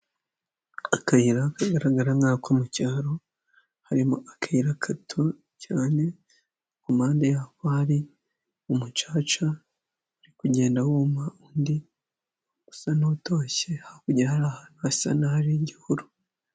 Akayira kagaragara nk'ako mucyaro, harimo akayira gato cyane ,kumpande yako hari umucaca, uri kugenda wuma undi usa n'utoshye ,hakurya hari ahantu hasa n'igihuru.